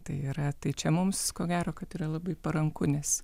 tai yra tai čia mums ko gero kad yra labai paranku nes